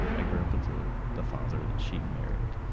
i grew up with the the father that she married.